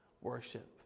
worship